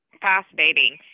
Fascinating